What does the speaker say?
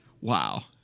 wow